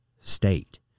state